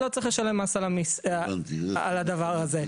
לא צריך לשלם מס על הדבר הזה.